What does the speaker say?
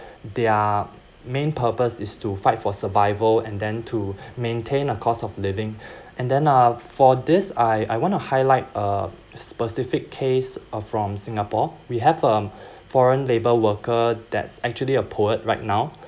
their main purpose is to fight for survival and then to maintain the cost of living and then uh for this I I want to highlight a specific case uh from singapore we have a foreign labour worker that's actually a poet right now